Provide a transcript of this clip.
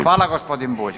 Hvala gospodin Bulj.